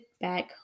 back